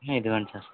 ఇదిగోండి సార్